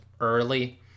early